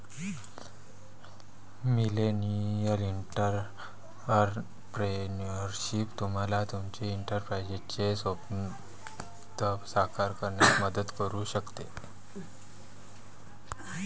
millennial entrepreneurship तुम्हाला तुमचे एंटरप्राइझचे स्वप्न साकार करण्यात मदत करू शकते